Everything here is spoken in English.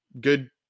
good